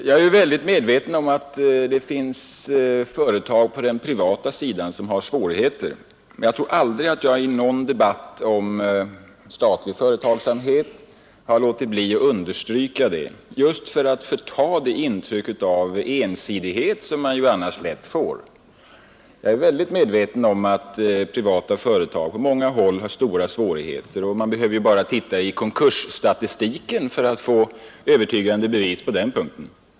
Jag är starkt medveten om att det finns privata företag som har svårigheter, och jag tror inte att jag i någon debatt om statlig företagsamhet har låtit bli att understryka det — jag har gjort det just för att förta det intryck av ensidighet som man annars lätt kan ge. Jag är alltså mycket medveten om att privata företag på många håll har stora svårigheter; man behöver bara titta i konkursstatistiken för att få övertygande bevis på den punkten.